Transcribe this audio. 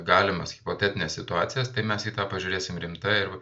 galimas hipotetines situacijas tai mes į tą pažiūrėsim rimtai ir